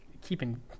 keeping